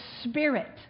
Spirit